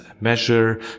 measure